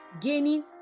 gaining